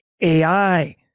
AI